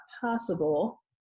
possible